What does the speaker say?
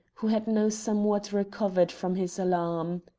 who had now somewhat recovered from his alarm.